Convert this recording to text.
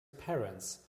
parents